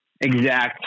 exact